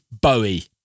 Bowie